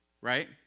right